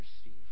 Steve